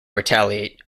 retaliate